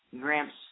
Gramps